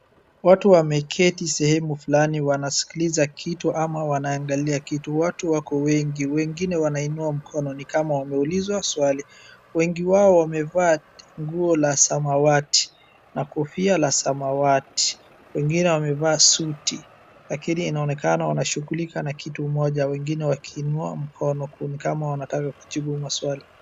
Watu wameketi sehemu fulani wanaskiliza kitu ama wanaangalia kitu. Watu wako wengi wengine wanainua mkono ni kama wameulizwa swali wengi wao wamevaa nguo la samawati na kofia la samawati, wengi wamevaa suti lakini inaonekana wanashughulika na kitu moja wengine wakiiunua mkono ni kama wanataka kujibu maswali.